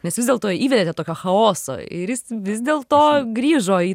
nes vis dėlto įvedėt tokio chaoso ir jis vis dėlto grįžo į